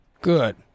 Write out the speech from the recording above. Good